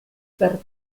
per